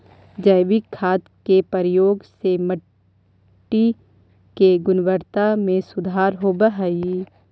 जैविक खाद के प्रयोग से मट्टी के गुणवत्ता में सुधार होवऽ हई